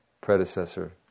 predecessor